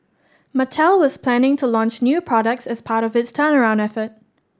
Mattel was planning to launch new products as part of its turnaround effort